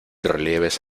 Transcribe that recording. relieves